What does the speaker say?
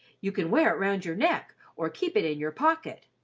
you can wear it round your neck or keep it in your pocket.